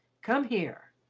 come here.